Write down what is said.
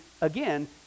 again